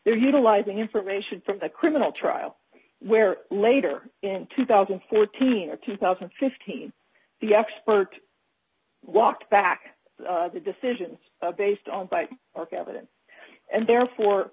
utilizing information from the criminal trial where later in two thousand and fourteen or two thousand and fifteen the expert walked back the decision based on by evidence and therefore